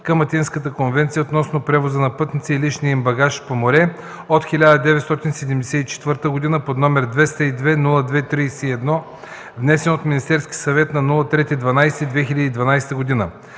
към Атинската конвенция относно превоза на пътници и личния им багаж по море от 1974 г., № 202-02-31,внесен от Министерски съвет на 3 декември 2012 г.